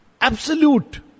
absolute